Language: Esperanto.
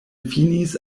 finis